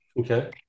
Okay